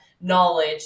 knowledge